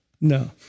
No